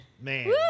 man